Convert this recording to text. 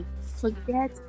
forget